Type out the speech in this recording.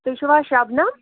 تُہۍ چھِو حظ شَبنَم